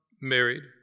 married